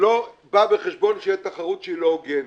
בא בחשבון שתהיה תחרות שהיא לא הוגנת.